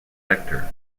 vector